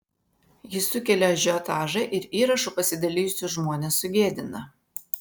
jis sukelia ažiotažą ir įrašu pasidalijusius žmones sugėdina